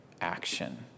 action